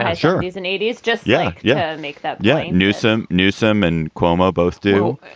and sure. he's an eighty s just. yeah. yeah, make that. yeah newsome, newsome and cuomo both do.